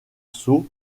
saut